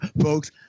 folks